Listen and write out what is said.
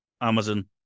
Amazon